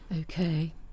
Okay